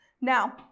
Now